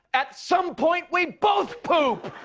at some point, we both poop!